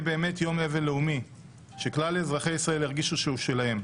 באמת יום אבל לאומי שכלל אזרחי ישראל ירגישו שהוא שלהם.